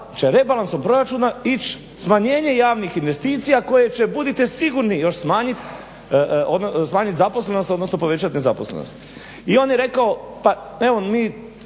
će rebalansom proračuna ić smanjenje javnih investicija koje će budite sigurni još smanjit zaposlenost, odnosno povećati nezaposlenost i on je rekao pa ni mi